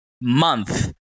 month